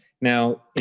now